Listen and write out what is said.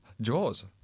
Jaws